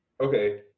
Okay